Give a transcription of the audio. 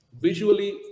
visually